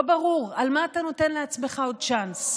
לא ברור על מה אתה נותן לעצמך עוד צ'אנס.